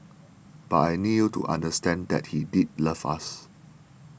but I need you to understand that he did love us